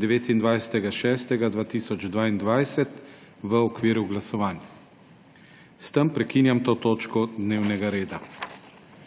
sredo, 29. 6. S tem prekinjam to točko dnevnega reda.